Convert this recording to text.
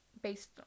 based